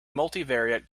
multivariate